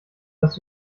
dass